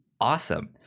awesome